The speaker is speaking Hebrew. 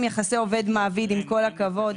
כשעבדתי במשרד התרבות והספורט, הייתי